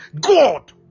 God